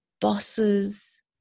bosses